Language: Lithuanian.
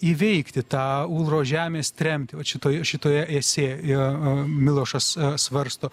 įveikti tą ulro žemės tremtį vat šitoje šitoje esė milošas svarsto